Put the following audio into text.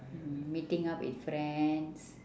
and meeting up with friends